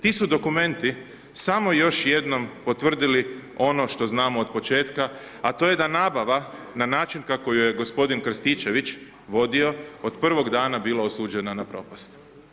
Ti su dokumenti, samo još jednom potvrdili ono što znamo od početka, a to je da nabava, na način, kako ju je g. Krstičević vodio, od prvog dana bila osuđena na propast.